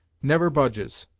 never budges,